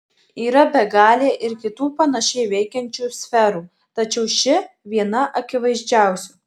yra begalė ir kitų panašiai veikiančių sferų tačiau ši viena akivaizdžiausių